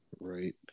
Right